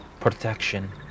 protection